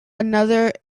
another